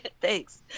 Thanks